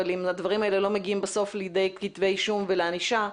אבל אם הדברים האלה לא מגיעים בסוף לידי כתבי אישום ולענישה,